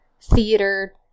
theater